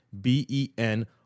b-e-n